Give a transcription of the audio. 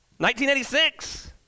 1986